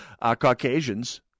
Caucasians